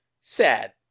sad